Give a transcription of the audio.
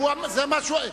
מה זה לינץ'?